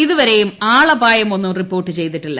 ഇതുവരെയും ആളപായമൊന്നും റിപ്പോർട്ട്ചെയ്തിട്ടില്ല